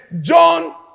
John